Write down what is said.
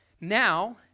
Now